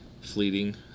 fleeting